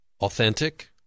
Authentic